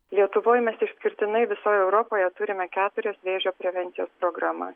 lietuvoj mes išskirtinai visoj europoje turime keturias vėžio prevencijos programas